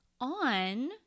on